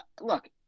look